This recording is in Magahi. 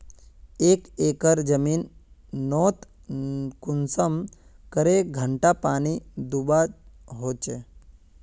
एक एकर जमीन नोत कुंसम करे घंटा पानी दुबा होचए?